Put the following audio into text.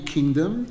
Kingdom